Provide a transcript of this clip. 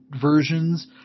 versions